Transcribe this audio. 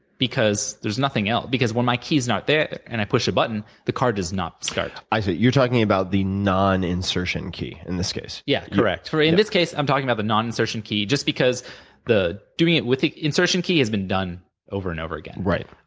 because there's nothing because when my keys not there, and i push a button, the car does not start. you're talking about the non insertion key, in this case? yeah. correct. for in this case, i'm talking about the non insertion key, just because the doing it with the insertion key has been done over and over again. right.